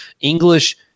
English